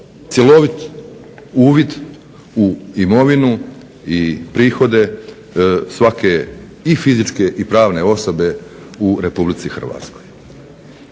cjelovit uvid u imovinu i prihode svake i fizičke i pravne osobe u RH. Hoće